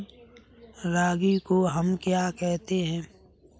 रागी को हम क्या कहते हैं?